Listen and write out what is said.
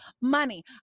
money